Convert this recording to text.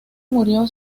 murió